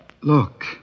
Look